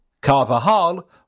Carvajal